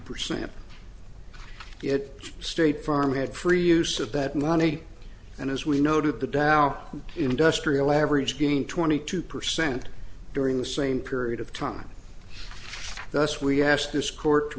percent it state farm had free use of that money and as we noted the dow industrial average gained twenty two percent during the same period of time thus we ask this court to